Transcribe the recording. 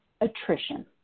attrition